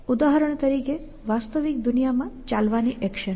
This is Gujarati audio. ઉદાહરણ તરીકે વાસ્તવિક દુનિયામાં ચાલવાની એક્શન